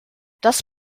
das